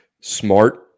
Smart